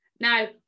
Now